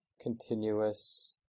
continuous